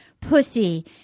pussy